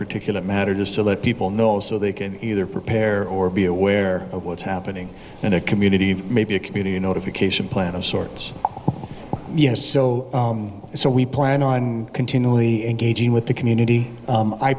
particulate matter just to let people know so they can either prepare or be aware of what's happening in a community maybe a community notification plan of sorts yes so so we plan on continually engaging with the community